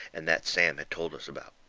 and that sam had told us about.